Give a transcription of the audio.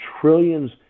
trillions